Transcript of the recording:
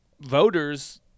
voters